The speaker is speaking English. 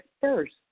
first